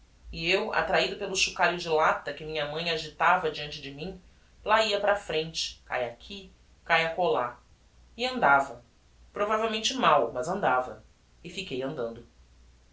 e eu attrahido pelo chocalho de lata que minha mãe agitava diante de mim lá ia para a frente cahe aqui cahe acolá e andava provavelmente mal mas andava e fiquei andando